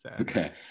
Okay